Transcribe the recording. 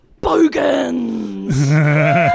Bogans